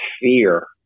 fear